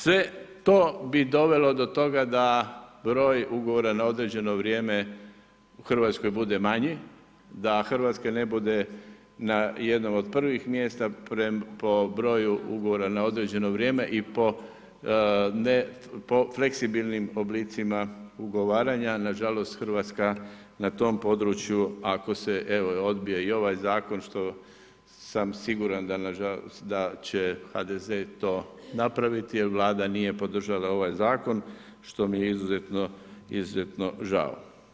Sve to bi dovelo do toga da broj ugovora na određeno vrijeme u Hrvatskoj bude manji, da Hrvatska ne bude na jednom od prvih mjesta po broju ugovora na određeno vrijeme i po fleksibilnim oblicima ugovaranja nažalost, Hrvatska na tom području ako se evo odbije i ovaj zakon što sam siguran da će HDZ to napraviti jer Vlada nije podržala ovaj zakon, što mi je izuzetno žao.